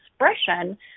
expression